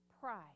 pride